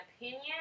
opinion